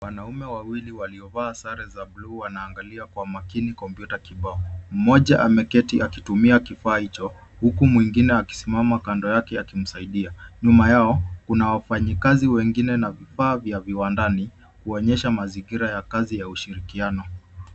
Wanaume wawili waliovaa sare za buluu wanaangalia kwa umakini kompyuta kibao. Mmoja ameketi akitumia kifaa hicho huku mwingine akisimama kando yake akimsaidia. Nyuma yao kuna wafanyikazi wengine na vifaa vya viwandani kuonyesha mazingira ya kazi ya ushirikiano.